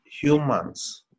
humans